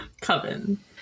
Coven